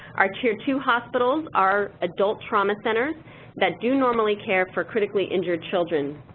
our tier two hospitals are adult trauma centers that do normally care for critically injured children.